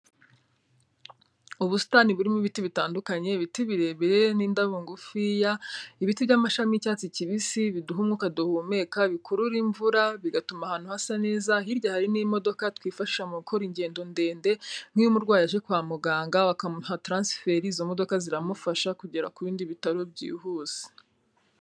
Ubusitani burimo ibiti bitandukanye ibiti birebire n'indabo ngufiya, ibiti by'amashami y'icyatsi kibisi biduha umwuka duhumeka bikurura imvura, bigatuma ahantu hasa neza, hirya hari n'imodoka twifashisha mu gukora ingendo ndende nk'iyo umurwayi aje kwa muganga bakamuha taransiferi, izo modoka ziramufasha kugera ku bindi bitaro byihuse.